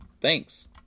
Thanks